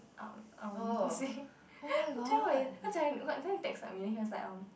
um um Jia-Wei what Jia-wei texted me then he was like um